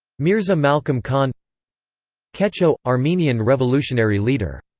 mirza malkom khan khetcho armenian revolutionary leader.